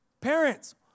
Parents